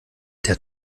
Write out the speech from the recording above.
der